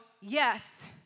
yes